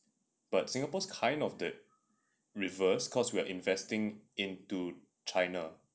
but singapore's kind of the reverse cause we are investing into china